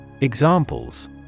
Examples